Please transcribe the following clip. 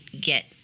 get